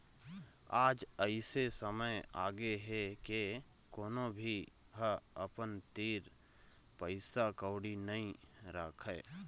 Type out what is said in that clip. आज अइसे समे आगे हे के कोनो भी ह अपन तीर पइसा कउड़ी नइ राखय